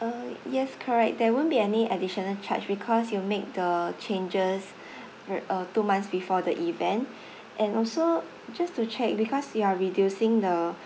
uh yes correct there won't be any additional charge because you make the changes r~ uh two months before the event and also just to check because you are reducing the